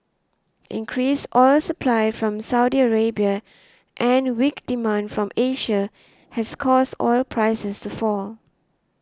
increased oil supply from Saudi Arabia and weak demand from Asia has caused oil prices to fall